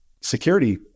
security